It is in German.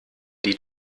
die